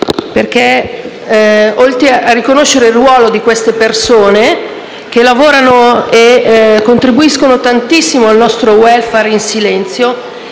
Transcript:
affinché, oltre a riconoscere il ruolo delle persone che lavorano e contribuiscono tantissimo al nostro *welfare* in silenzio,